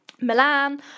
Milan